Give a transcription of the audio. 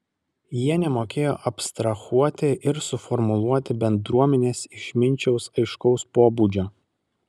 jie nemokėjo abstrahuoti ir suformuluoti bendruomenės išminčiaus aiškaus pobūdžio